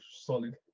solid